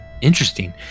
interesting